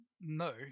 No